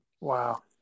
Wow